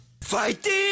fighting